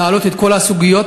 להעלות את כל הסוגיות.